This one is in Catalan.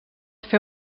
fer